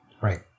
Right